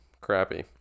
crappy